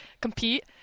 compete